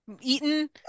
eaten